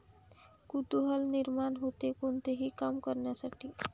कुतूहल निर्माण होते, कोणतेही काम करण्यासाठी